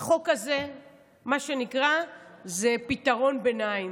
החוק הזה זה מה שנקרא פתרון ביניים,